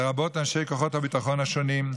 לרבות אנשי כוחות הביטחון השונים,